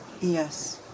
Yes